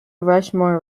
rushmore